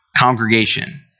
congregation